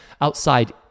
outside